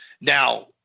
Now